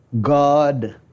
God